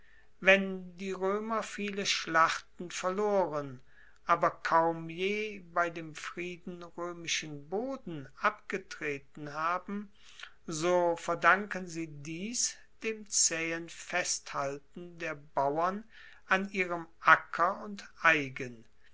wenn die roemer viele schlachten verloren aber kaum je bei dem frieden roemischen boden abgetreten haben so verdanken sie dies dem zaehen festhalten der bauern an ihrem acker und eigen